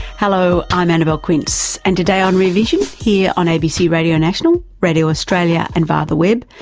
hello, i'm annabelle quince and today on rear vision here on abc radio national, radio australia and via the web,